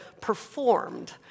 performed